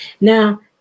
Now